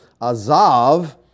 azav